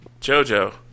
JoJo